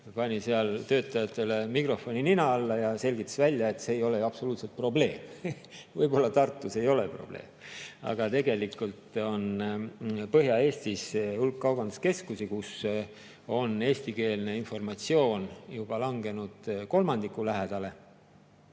pani seal töötajatele mikrofoni nina alla ja selgitas välja, et see ei ole ju absoluutselt probleem. Võib-olla Tartus ei ole probleem, aga Põhja-Eestis on hulk kaubanduskeskusi, kus eestikeelse informatsiooni osakaal on juba langenud kolmandiku lähedale.